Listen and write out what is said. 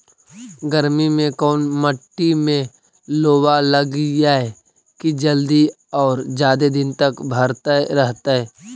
गर्मी में कोन मट्टी में लोबा लगियै कि जल्दी और जादे दिन तक भरतै रहतै?